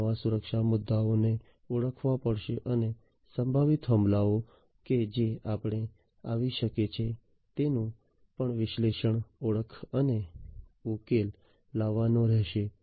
આ નવા સુરક્ષા મુદ્દાઓને ઓળખવા પડશે અને સંભવિત હુમલાઓ કે જે આપણે આવી શકે છે તેનું પણ વિશ્લેષણ ઓળખ અને ઉકેલ લાવવાનો રહેશે